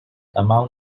among